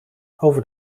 over